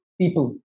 people